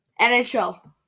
NHL